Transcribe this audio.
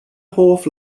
hoff